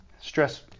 Stress